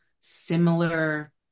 similar